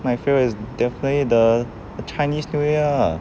my favourite is definitely the chinese new year ah